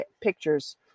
pictures